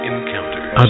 Encounters